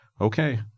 Okay